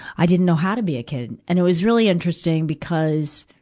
i didn't know how to be a kid, and it was really interesting because,